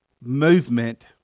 movement